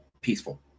peaceful